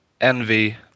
envy